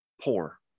poor